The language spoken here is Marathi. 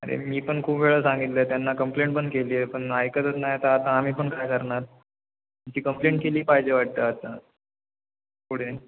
अरे मी पण खूप वेळा सांगितलं आहे त्यांना कंप्लेंट पण केली आहे पण ऐकतच नाही तर आता आम्ही पण काय करणार यांची कंप्लेंट केली पाहिजे वाटतं आता पुढे